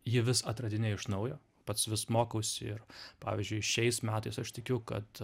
jį vis atradinėju iš naujo pats vis mokausi ir pavyzdžiui šiais metais aš tikiu kad